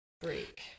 break